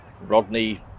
Rodney